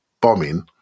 bombing